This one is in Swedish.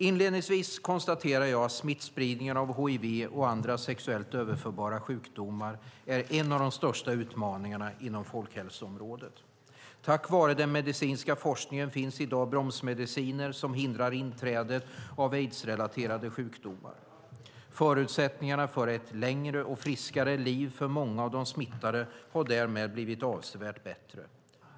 Inledningsvis konstaterar jag att smittspridningen av hiv och andra sexuellt överförbara sjukdomar är en av de största utmaningarna inom folkhälsoområdet. Tack vare den medicinska forskningen finns i dag bromsmediciner som hindrar inträdet av aidsrelaterade sjukdomar. Förutsättningarna för ett längre och friskare liv för många av de smittade har därmed blivit avsevärt bättre.